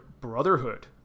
brotherhood